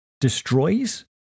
destroys